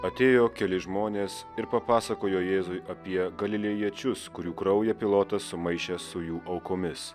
atėjo keli žmonės ir papasakojo jėzui apie galilėjiečius kurių kraują pilotas sumaišė su jų aukomis